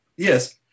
Yes